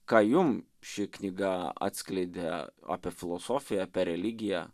ką jum ši knyga atskleidė apie filosofiją apie religiją